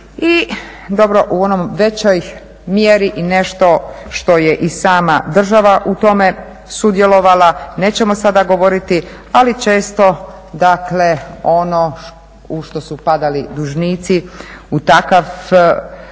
I dobro u onoj većoj mjeri nešto što je i sama država u tome sudjelovala. Nećemo sada govoriti, ali često, dakle ono u što su padali dužnici u takav